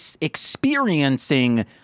experiencing